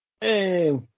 Hey